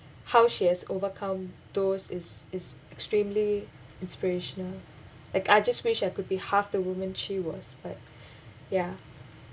how she has overcome those is is extremely inspirational like I just wish I could be half the woman she was but ya